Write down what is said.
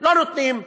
לא נותנים?